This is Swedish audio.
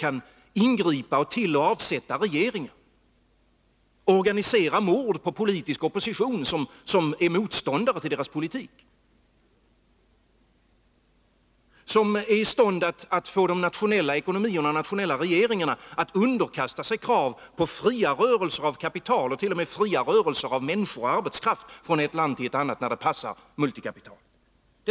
kan ingripa och tilloch avsätta regeringar, som kan organisera mord på politisk opposition som är motståndare till deras politik och som är i stånd att få de nationella ekonomierna och regeringarna att underkasta sig krav på fria rörelser av kapital ocht.o.m. fria rörelser av människor och arbetskraft från ett land till ett annat när det passar multikapitalet?